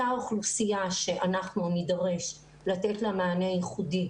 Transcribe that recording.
אותה אוכלוסייה שאנחנו נידרש לתת לה מענה ייחודי,